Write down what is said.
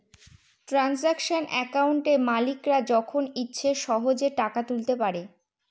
transaction একাউন্টে মালিকরা যখন ইচ্ছে সহেজে টাকা তুলতে পারে